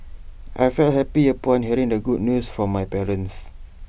I felt happy upon hearing the good news from my parents